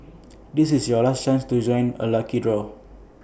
this is your last chance to join the lucky draw